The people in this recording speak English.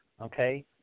okay